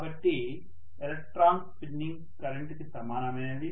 కాబట్టి electron spinning కరెంటుకి సమానమైనది